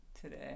today